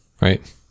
right